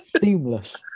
Seamless